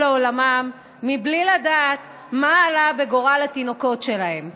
לעולמם בלי לדעת מה עלה בגורל התינוקות שלהם.